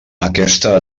aquesta